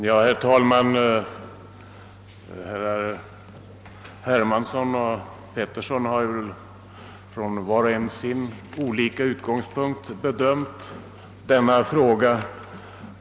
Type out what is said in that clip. Herr talman! Herrar Hermansson och Petersson har var och en från sina olika utgångspunkter bedömt denna fråga.